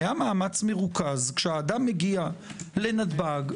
היה מאמץ מרוכז כשאדם מגיע לנתב"ג,